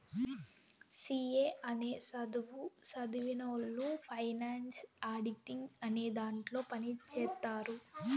C A అనే సధువు సదివినవొళ్ళు ఫైనాన్స్ ఆడిటింగ్ అనే దాంట్లో పని చేత్తారు